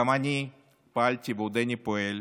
גם אני פעלתי ועודני פועל